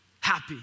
Happy